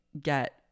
get